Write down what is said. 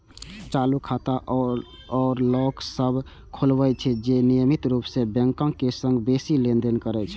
चालू खाता ओ लोक सभ खोलबै छै, जे नियमित रूप सं बैंकक संग बेसी लेनदेन करै छै